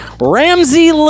Ramsey